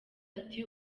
ati